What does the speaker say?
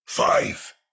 Five